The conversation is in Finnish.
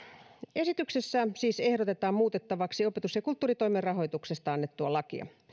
esityksessä siis ehdotetaan muutettavaksi opetus ja kulttuuritoimen rahoituksesta annettua lakia